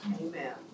Amen